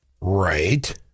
Right